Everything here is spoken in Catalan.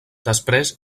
després